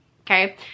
okay